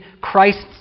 Christ's